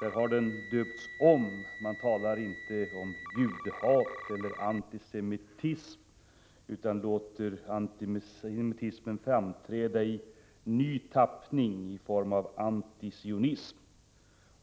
Där har den döpts om. Man talar inte om judehat eller antisemitism, utan låter antisemitismen framträda i ny tappning i form av ordet antisionism.